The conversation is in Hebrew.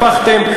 הפכתם,